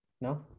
no